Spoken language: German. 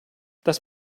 das